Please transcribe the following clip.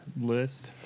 list